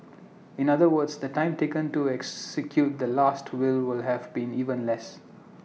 in other words the time taken to execute the Last Will would have been even less